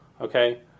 Okay